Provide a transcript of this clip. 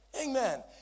Amen